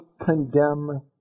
condemn